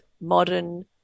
Modern